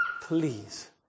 please